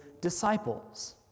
disciples